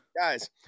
guys